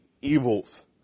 evils